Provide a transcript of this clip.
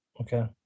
Okay